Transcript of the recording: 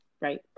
right